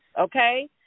okay